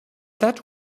that